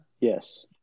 Yes